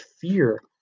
fear